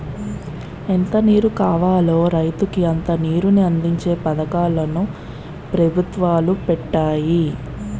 ఎంత నీరు కావాలో రైతుకి అంత నీరుని అందించే పథకాలు ను పెభుత్వాలు పెట్టాయి